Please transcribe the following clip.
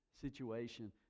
situation